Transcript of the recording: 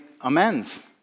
amends